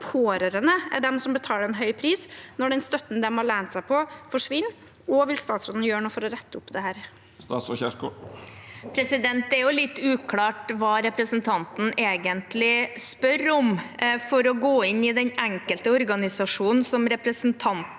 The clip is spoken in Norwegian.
er de som betaler en høy pris når den støtten de har lent seg på, forsvinner? Og vil statsråden gjøre noe for å rette opp dette? Statsråd Ingvild Kjerkol Det er litt uklart hva representanten egentlig spør om, for å gå inn på den enkelte organisasjonen som representanten